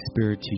Spirit